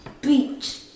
Beach